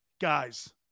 Guys